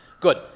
Good